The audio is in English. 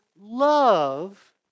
love